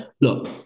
look